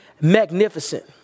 magnificent